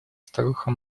старуха